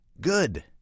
good